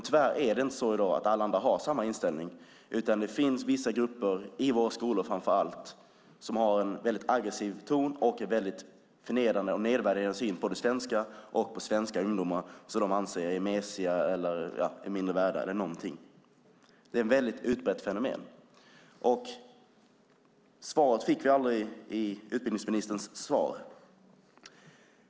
Tyvärr har inte alla andra samma inställning i dag, utan det finns vissa grupper, framför allt i våra skolor, som har en väldigt aggressiv ton och förnedrande och nedvärderande syn på det svenska och på svenska ungdomar som de anser är mesiga, mindre värda eller någonting sådant. Det är ett mycket utbrett fenomen. Vi fick aldrig något svar i utbildningsministerns första inlägg.